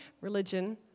religion